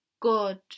God